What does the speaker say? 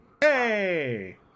Hey